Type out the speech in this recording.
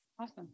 Awesome